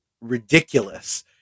ridiculous